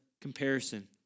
comparison